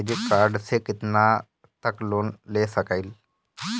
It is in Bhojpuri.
क्रेडिट कार्ड से कितना तक लोन ले सकईल?